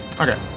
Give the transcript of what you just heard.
okay